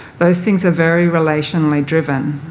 those things are very relationally driven.